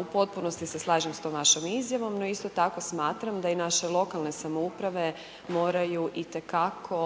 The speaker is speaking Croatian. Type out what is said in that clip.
U potpunosti se slažem s tom vašom izjavom, no isto tako smatram da i naše lokalne samouprave moraju itekako